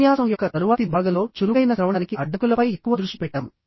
ఉపన్యాసం యొక్క తరువాతి భాగంలో చురుకైన శ్రవణానికి అడ్డంకుల పై ఎక్కువ దృష్టి పెట్టాము